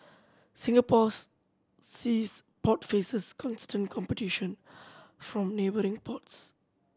Singapore's seas port faces constant competition from neighbouring ports